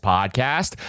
Podcast